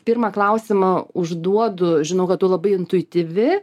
pirmą klausimą užduodu žinau kad tu labai intuityvi